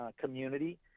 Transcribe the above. community